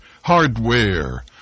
hardware